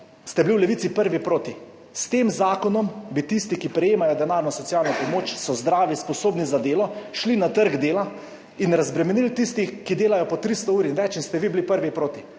ste bili v Levici prvi proti. S tem zakonom bi tisti, ki prejemajo denarno socialno pomoč, so zdravi, sposobni za delo, šli na trg dela in razbremenili tiste, ki delajo po 300 ur in več. In vi ste bili prvi proti,